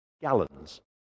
gallons